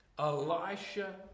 Elisha